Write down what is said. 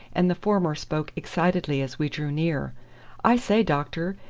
and the former spoke excitedly as we drew near i say, doctor,